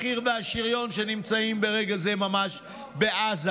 החי"ר והשריון שנמצאים ברגע זה ממש בעזה,